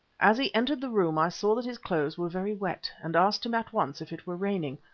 as he entered the room i saw that his clothes were very wet and asked him at once if it were raining,